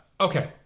Okay